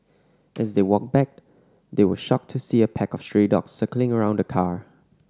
as they walked back they were shocked to see a pack of stray dogs circling around the car